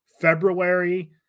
February